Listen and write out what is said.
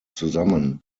zusammen